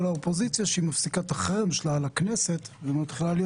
האופוזיציה שהיא מפסיקה את החרם שלה על הכנסת וממשיכה להיות